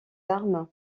armes